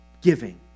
giving